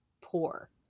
poor